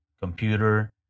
computer